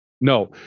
no